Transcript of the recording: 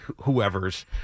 Whoever's